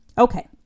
Okay